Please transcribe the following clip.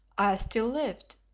i still lived.